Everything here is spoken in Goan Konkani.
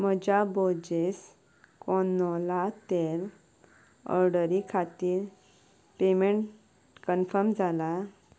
म्हज्या बोर्जेस कॅनोला तेल ऑर्डरी खातीर पेमॅन्ट कन्फर्म जालां